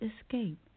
escape